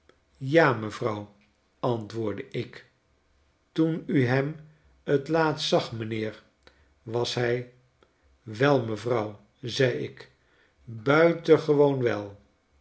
ja mevrouw antwoordde ik toen u hem t laatst zag mijnheer was hij wel mevrouw zei ik buitengewoon wel